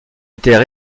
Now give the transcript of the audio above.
étaient